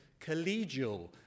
collegial